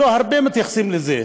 לא הרבה מתייחסים לזה.